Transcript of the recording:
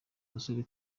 abasore